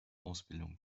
ausbildung